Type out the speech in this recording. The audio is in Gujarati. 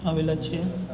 આવેલાં છે